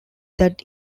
that